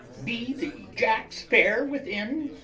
be the jacks fair within,